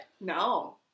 No